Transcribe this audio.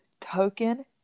token